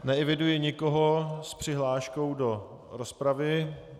Neeviduji nikoho s přihláškou do rozpravy.